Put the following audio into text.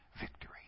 victory